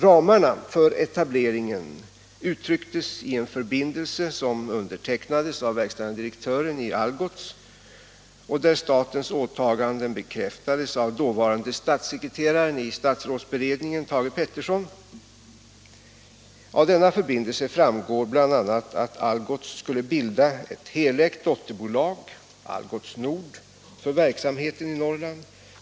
Ramarna för etableringen uttrycktes i en förbindelse som undertecknades av verkställande direktören i Algots, varvid statens åtaganden bekräftades av dåvarande statssekreteraren i statsrådsberedningen Thage Peterson. Av denna förbindelse framgår bl.a. att Algots skulle bilda ett helägt dotterbolag, Algots Nord, för verksamheten i Norrland.